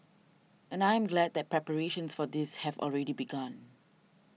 and I am glad that preparations for this have already begun